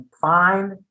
find